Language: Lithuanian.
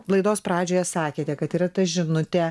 laidos pradžioje sakėte kad yra ta žinutė